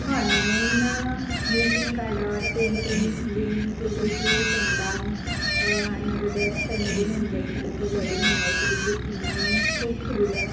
हय हांवेन ग्रिटींग कार्डार ऑर पेंटिंग्स बीन केल्ली ती फ्रेंडांक नाजाल्यार फॅमिली मेंबर्सांक as a wedding anniversary gift म्हणून खुबशीं दिल्या